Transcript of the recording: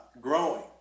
growing